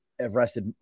Arrested